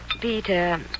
Peter